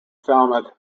falmouth